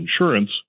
insurance